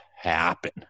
happen